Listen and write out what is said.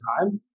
time